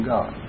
God